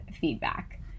feedback